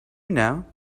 now